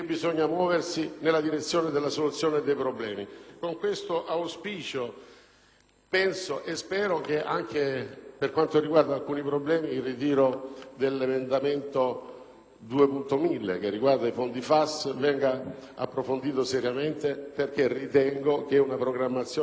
penso e spero che anche per quanto riguarda alcuni problemi, tra cui il ritiro dell'emendamento 2.1000, riguardante i fondi FAS, vengano approfonditi seriamente, perché ritengo che una programmazione adeguata possa essere fatta e anche digerita meglio rispetto ad un'imposizione